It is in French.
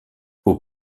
aux